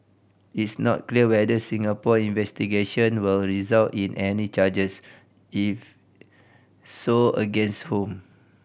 it's not clear whether Singapore investigation will result in any charges and if so against whom